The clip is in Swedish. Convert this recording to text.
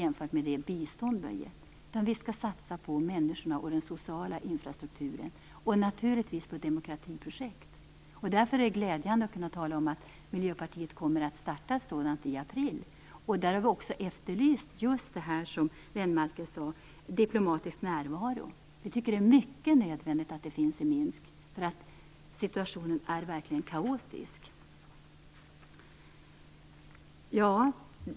Vi skall satsa på människorna, på den sociala infrastrukturen och naturligtvis på demokratiprojekt. Därför är det glädjande att tala om att Miljöpartiet kommer att starta ett sådant projekt i april. Där har vi också efterlyst just det som Göran Lennmarker nämnde, nämligen diplomatisk närvaro. Vi tycker att det är nödvändigt att sådan finns i Minsk. Situationen är verkligen kaotisk.